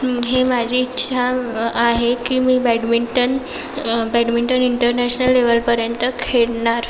ही माझी इच्छा आहे की मी बॅडमिंटन बॅडमिंटन इंटरनॅशनल लेवलपर्यंत खेळणार